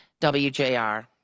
WJR